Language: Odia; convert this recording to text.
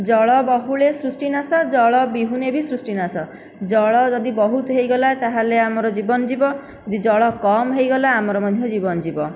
ଜଳ ବହୁଳେ ସୃଷ୍ଟିନାଶ ଜଳ ବିହୁନେ ଭି ସୃଷ୍ଟିନାଶ ଜଳ ଯଦି ବହୁତ ହୋଇଗଲା ତାହେଲେ ଆମର ଜୀବନ ଯିବ ଆଉ ଯଦି ଜଳ କମ ହୋଇଗଲା ଆମର ମଧ୍ୟ ଜୀବନ ଯିବ